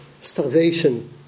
starvation